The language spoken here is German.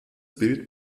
bild